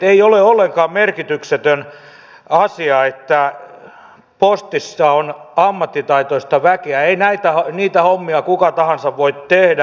ei ole ollenkaan merkityksetön asia että postissa on ammattitaitoista väkeä ei niitä hommia kuka tahansa voi tehdä